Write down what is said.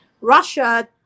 Russia